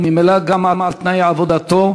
וממילא גם על תנאי עבודתו,